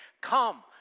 Come